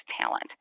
talent